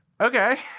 okay